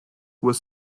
were